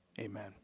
Amen